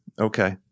Okay